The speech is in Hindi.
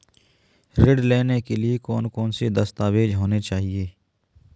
ऋण लेने के लिए कौन कौन से दस्तावेज होने चाहिए?